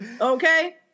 okay